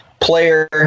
player